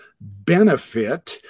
benefit